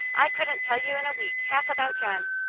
i couldn't tell you in a week half about john,